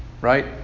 Right